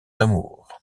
amour